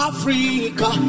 Africa